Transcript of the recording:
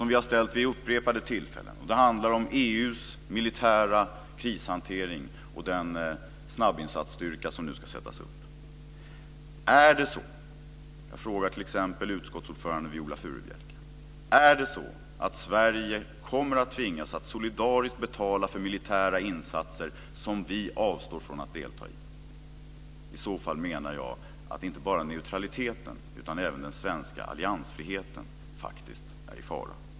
Vi har ställt den vid upprepade tillfällen. Det handlar om EU:s militära krishantering och den snabbinsatsstyrka som nu ska sättas upp. Är det så - jag frågar t.ex. utskottsordföranden Viola Furubjelke - att Sverige kommer att tvingas att solidariskt betala för militära insatser som vi avstår från att delta i? I så fall menar jag att inte bara neutraliteten, utan även den svenska alliansfriheten faktiskt är i fara.